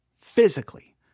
physically